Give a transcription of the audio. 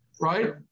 right